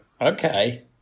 Okay